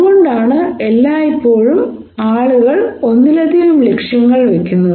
അതുകൊണ്ടാണ് ആളുകൾ എല്ലായ്പ്പോഴും ഒന്നിലധികം ലക്ഷ്യങ്ങൾ വെക്കുന്നത്